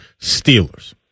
Steelers